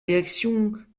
réactions